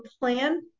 plan